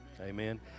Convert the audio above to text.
Amen